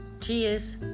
Cheers